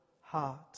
heart